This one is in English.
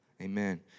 Amen